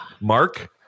Mark